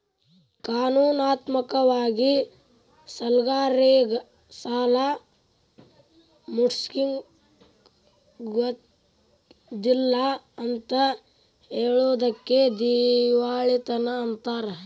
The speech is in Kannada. ಕಾನೂನಾತ್ಮಕ ವಾಗಿ ಸಾಲ್ಗಾರ್ರೇಗೆ ಸಾಲಾ ಮುಟ್ಟ್ಸ್ಲಿಕ್ಕಗೊದಿಲ್ಲಾ ಅಂತ್ ಹೆಳೊದಕ್ಕ ದಿವಾಳಿತನ ಅಂತಾರ